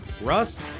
Russ